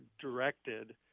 directed